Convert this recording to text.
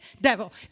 devil